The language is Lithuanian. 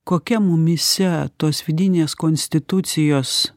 kokia mumyse tos vidinės konstitucijos